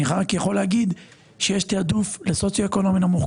אני רק יכול להגיד שיש תעדוף לסוציו אקונומי נמוך.